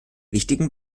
wichtigen